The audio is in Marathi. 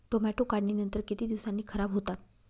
टोमॅटो काढणीनंतर किती दिवसांनी खराब होतात?